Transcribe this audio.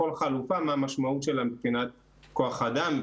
כל חלופה מה המשמעות שלה מבחינת כוח אדם,